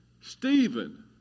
Stephen